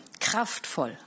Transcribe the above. kraftvoll